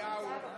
דיג),